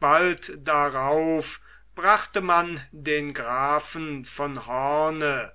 bald darauf brachte man den grafen von hoorn